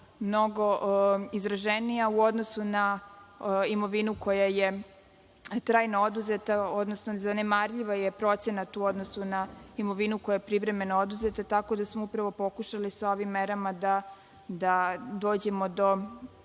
mnogo izraženija u odnosu na imovinu koja je trajno oduzeta, odnosno zanemarljiv je procenat u odnosu na imovinu koja je privremeno oduzeta, tako da smo upravo pokušali sa ovim merama da dođemo do